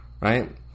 right